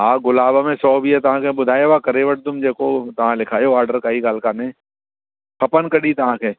हा गुलाब में सौ वीह तव्हांखे ॿुधायो आहे करे वठदुमि जेको तव्हां लिखायो ऑडर काई ॻाल्हि कोन्हे खपनि कॾहिं तव्हांखे